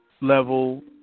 level